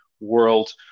world